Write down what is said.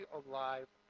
alive